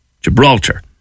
Gibraltar